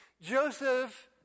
Joseph